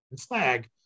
flag